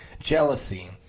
jealousy